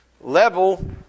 level